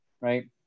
right